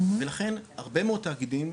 ולכן הרבה מאוד תאגידים,